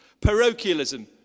parochialism